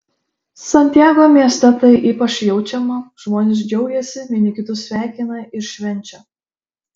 santiago mieste tai ypač jaučiama žmonės džiaugiasi vieni kitus sveikina ir švenčia